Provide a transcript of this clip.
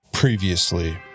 Previously